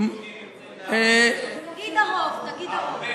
תתבייש לך.